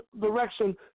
direction